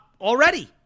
Already